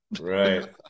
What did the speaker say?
right